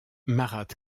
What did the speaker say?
marat